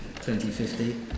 2050